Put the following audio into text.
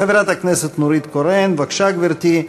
חברת הכנסת נורית קורן, בבקשה, גברתי.